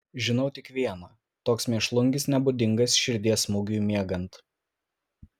žinau tik viena toks mėšlungis nebūdingas širdies smūgiui miegant